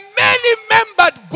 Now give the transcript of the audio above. many-membered